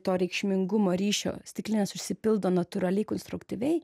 to reikšmingumo ryšio stiklinės užsipildo natūraliai konstruktyviai